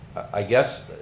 i guess,